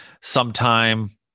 sometime